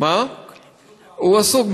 הוא עסוק,